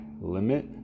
limit